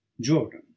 Jordan